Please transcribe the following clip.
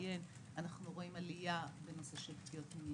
אנחנו רואים עלייה בנושא של פגיעות מיניות,